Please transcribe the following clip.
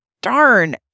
darn